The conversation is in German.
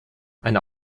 eine